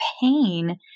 pain